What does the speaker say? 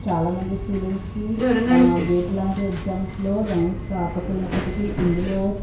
చాలామంది స్టూడెంట్స్కి గేట్ లాంటి ఎగ్జామ్స్లో ర్యాంక్స్ రాకపోయినప్పటికీ ఇందులో